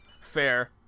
Fair